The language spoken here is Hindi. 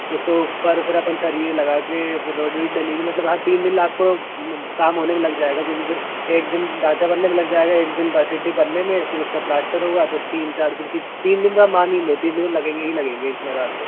उसके ऊपर फिर अपन सरिये लगा के फिर रोड वोड डलेगी मतलब आप तीन दिन आपको काम होने में लग जाएगा क्योंकि फिर एक दिन ढाँचा बनने में लग जाएगा एक दिन सीढ़ी बनने में फिर उसका प्लास्टर होगा तो तीन चार दिन की तीन दिन में मान ही लो तीन दिन तो लगेंगे ही लगेंगे इसमें हर हाल में